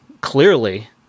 clearly